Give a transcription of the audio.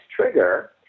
trigger